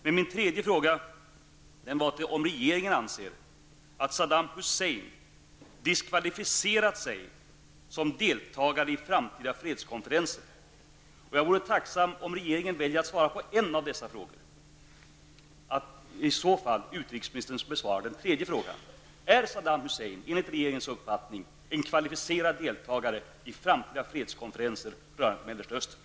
Min tredje fråga gällde om regeringen anser att Saddam Hussein diskvalificerat sig som deltagare i framtida fredskonferenser. Jag vore tacksam om regeringen väljer att svara på en av dessa frågor. I så fall vill jag att utrikesministern besvarar den tredje frågan. Är Saddam Hussein enligt regeringens uppfattning en kvalificerad deltagare i framtida konferenser rörande Mellersta Östern?